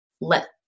let